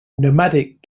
nomadic